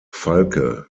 falke